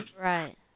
Right